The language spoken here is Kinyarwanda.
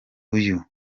uyu